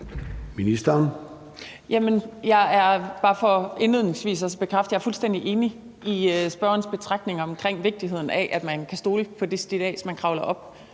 jeg er fuldstændig enig i spørgerens betragtninger omkring vigtigheden af, at man kan stole på det stillads, man kravler op